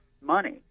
money